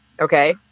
Okay